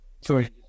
Sorry